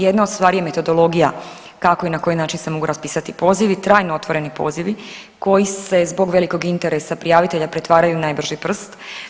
Jedna od stvari je metodologija kako i na koji način se mogu raspisati pozivi, trajno otvoreni pozivi koji se zbog velikog interesa prijavitelja pretvaraju u najbrži prst.